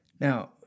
Now